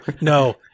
no